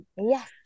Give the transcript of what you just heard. Yes